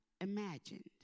imagined